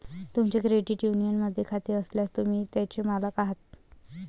तुमचे क्रेडिट युनियनमध्ये खाते असल्यास, तुम्ही त्याचे मालक आहात